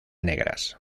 negras